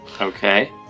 Okay